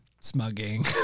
smuggling